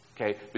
Okay